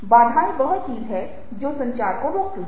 बाधाएं वह चीजें हैं जो संचार को रोकती हैं